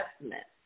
investment